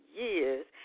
years